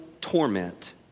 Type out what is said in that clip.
torment